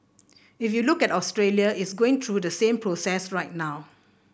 if you look at Australia it's going through the same process right now